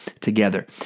together